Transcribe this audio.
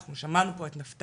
אנחנו שמענו פה את נפתלי,